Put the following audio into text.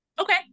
Okay